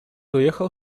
уехал